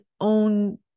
own